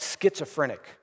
schizophrenic